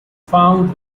found